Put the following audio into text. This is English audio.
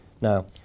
Now